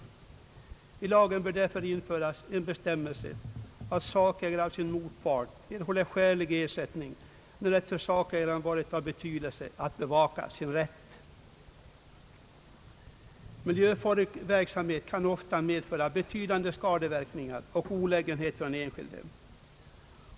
I lagen bör därför införas en bestämmelse att sakägare av sin motpart erhåller skälig ersättning när det för sakägaren varit av betydelse att bevaka sin rätt. Miljöfarlig verksamhet kan ofta medföra betydande skadeverkningar och olägenhet för den enskilde.